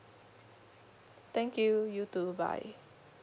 thank you you too bye